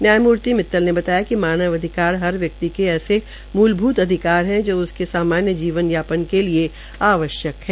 न्यायमूर्ति मित्तल ने बताया कि मानव अधिकार हर व्यक्ति के ऐसे मुलभुत अधिकार है जो उसके सामान्य जीवन यापन के लिए आवश्यक है